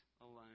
alone